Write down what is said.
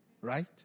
right